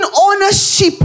ownership